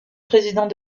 président